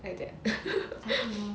like that